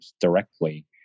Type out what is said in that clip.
directly